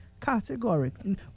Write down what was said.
categorically